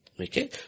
Okay